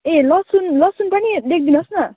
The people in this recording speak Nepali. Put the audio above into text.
ए लसुन लसुन पनि लेखिदिनुनुहोस् न